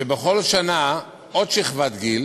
כשבכל שנה עוד שכבת גיל